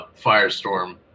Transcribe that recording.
firestorm